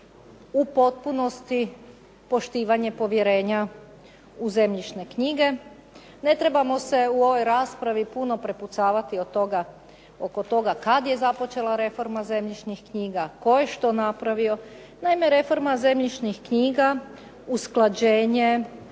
u potpunosti poštivanja povjerenja u zemljišne knjige. Ne trebamo se u ovoj raspravi puno prepucavati oko toga kada je započela reforma zemljišnih knjiga, tko je što napravio. Naime, reforma zemljišnih knjiga usklađenje